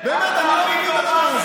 באמת, אני לא מבין את הדבר הזה.